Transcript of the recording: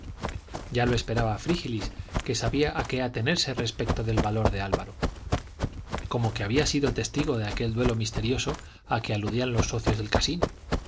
ya lo esperaba frígilis que sabía a qué atenerse respecto del valor de álvaro como que había sido testigo de aquel duelo misterioso a que aludían los socios del casino